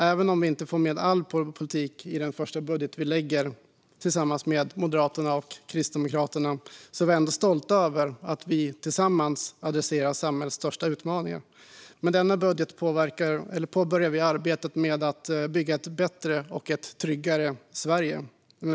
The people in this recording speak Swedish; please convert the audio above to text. Även om vi inte får med all vår politik i den första budget vi lägger fram tillsammans med Moderaterna och Kristdemokraterna är vi ändå stolta över att vi gemensamt adresserar samhällets största utmaningar. Med denna budget påbörjar vi arbetet med att bygga ett bättre och tryggare Sverige.